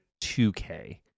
2K